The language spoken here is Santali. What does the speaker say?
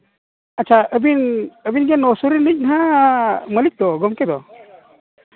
ᱟᱪᱪᱷᱟ ᱟᱹᱵᱤᱱ ᱟᱹᱵᱤᱱ ᱜᱮ ᱢᱟᱹᱞᱤᱠ ᱛᱚ ᱜᱚᱢᱠᱮ ᱛᱚ